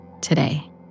today